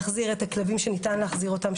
להחזיר את הכלבים שניתן להחזיר אותם,